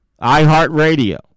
iHeartRadio